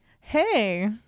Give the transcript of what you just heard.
hey